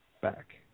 back